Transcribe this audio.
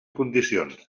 condicions